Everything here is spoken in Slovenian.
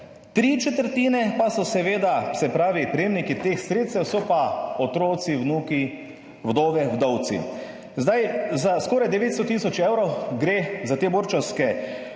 tri četrtine pa so seveda, se pravi, prejemniki teh sredstev so pa otroci, vnuki, vdove, vdovci. Zdaj, za skoraj 900 tisoč evrov gre za te borčevske